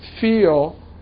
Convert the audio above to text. feel